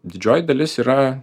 didžioji dalis yra